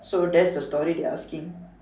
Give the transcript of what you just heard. so that's the story they asking